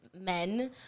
men